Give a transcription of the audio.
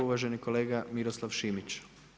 Uvaženi kolega Miroslav Šimić.